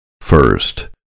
First